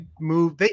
move